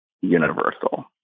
universal